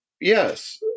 Yes